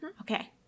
Okay